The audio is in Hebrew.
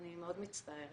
אני מאוד מצטערת,